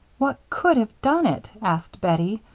what could have done it? asked bettie,